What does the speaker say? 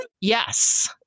yes